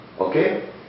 Okay